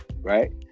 right